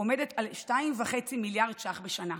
עומדת על 2.5 מיליארד ש"ח בשנה.